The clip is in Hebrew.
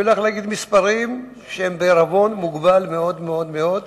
אני הולך להציג מספרים שהם בעירבון מוגבל מאוד-מאוד,